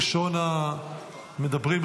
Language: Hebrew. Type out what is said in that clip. ראשון המדברים,